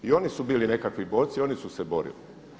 I oni su bili nekakvi borci i oni su se borili.